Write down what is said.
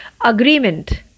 agreement